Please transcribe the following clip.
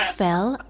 fell